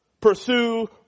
Pursue